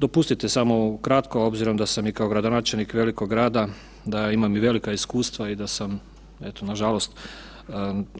Dopustite samo ukratko obzirom da sam i kao gradonačelnik velikog grada da imam i velika iskustva i da sam eto nažalost